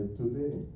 today